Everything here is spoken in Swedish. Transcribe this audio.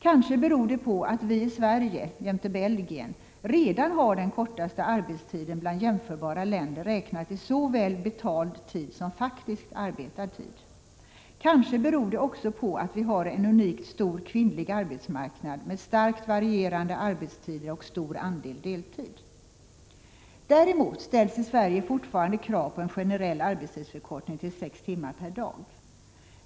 Kanske beror det på att vi i Sverige —- jämte Belgien — redan har den kortaste arbetstiden bland jämförbara länder, räknat i såväl betald tid som faktiskt arbetad tid. Kanske beror det också på att vi har en unikt stor kvinnlig arbetsmarknad med starkt varierande arbetstider och stor andel deltid. Däremot ställs i Sverige fortfarande krav på en generell arbetstidsförkortning till sex timmar per dag.